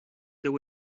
deu